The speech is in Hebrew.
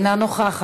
אינה נוכחת,